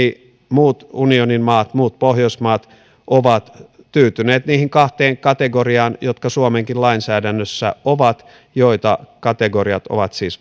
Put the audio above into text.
muut unionin maat muut pohjoismaat ovat tyytyneet niihin kahteen kategoriaan jotka suomenkin lainsäädännössä ovat jotka kategoriat ovat siis